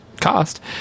cost